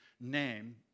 name